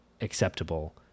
acceptable